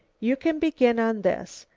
you can begin on this.